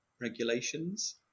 regulations